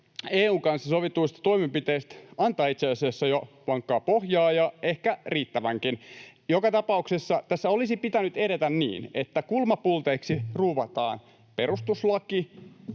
EU:n kanssa sovituista toimenpiteistä antaa itse asiassa jo vankkaa pohjaa ja ehkä riittävänkin. Joka tapauksessa tässä olisi pitänyt edetä niin, että kulmapulteiksi ruuvataan perustuslaki,